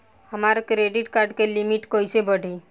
हमार credit card के limit कइसे बढ़ी?